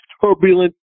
turbulent